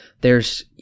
theres